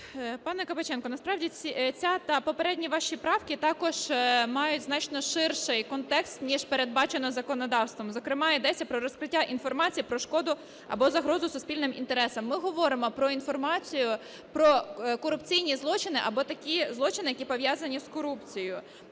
Пане Кабаченко, насправді ця та попередні ваші правки також мають значно ширший контекст, ніж передбачено законодавством, зокрема йдеться про розкриття інформації про шкоду або загрозу суспільним інтересам. Ми говоримо про інформацію, про корупційні злочини або такі злочини, які пов'язані з корупцією.